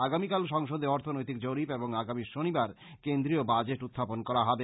আগামীকাল সংসদে অর্থনৈতিক জরিপ এবং আগামী শনিবার কেন্দ্রীয় বাজেট উখাপন করা হবে